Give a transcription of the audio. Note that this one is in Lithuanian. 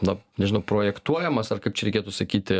nu nežinau projektuojamas ar kaip čia reikėtų sakyti